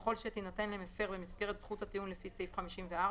יכול שתינתן למפר במסגרת זכות הטיעון לפי סעיף 54,